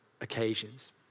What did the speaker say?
occasions